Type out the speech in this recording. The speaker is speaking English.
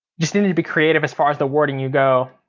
just need to be creative as far as the wording you go.